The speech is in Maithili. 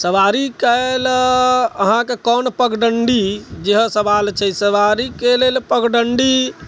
सवारीके लेल अहाँके कोन पगडण्डी जे है सवाल छै सवारीके लेल पगडण्डी